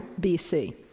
BC